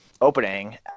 opening